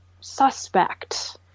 suspect